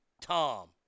Tom